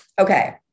Okay